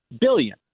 billion